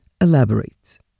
elaborates